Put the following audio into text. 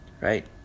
right